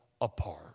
apart